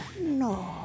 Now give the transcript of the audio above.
No